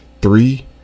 three